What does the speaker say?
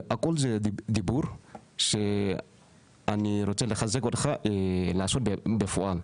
והכל זה דיבור שאני רוצה לחזק אותך לעשות בפועל.